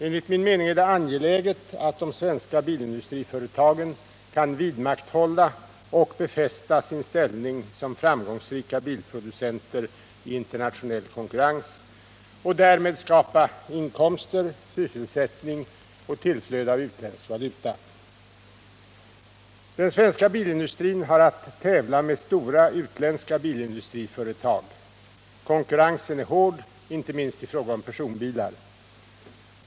Enligt min mening är det angeläget att de svenska bilindustriföretagen kan vidmakthålla och befästa sin ställning som framgångsrika bilproducenter i internationell konkurrens och därmed skapa inkomster, sysselsättning och tillflöde av utländsk valuta. Den svenska bilindustrin har att tävla med stora utländska bilindustriföretag. Konkurrensen är hård, inte minst i fråga om personbilar.